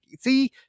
see